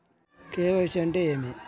KYC అంటే ఏమి?